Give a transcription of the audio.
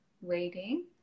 Waiting